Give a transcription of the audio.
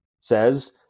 says